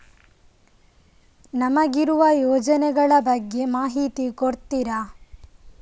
ನಮಗಿರುವ ಯೋಜನೆಗಳ ಬಗ್ಗೆ ಮಾಹಿತಿ ಕೊಡ್ತೀರಾ?